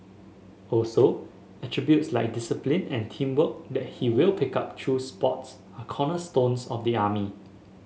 also attributes like discipline and teamwork that he will pick up through sports are cornerstones of the army